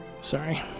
Sorry